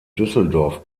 düsseldorf